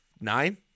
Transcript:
Nine